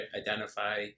identify